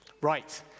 Right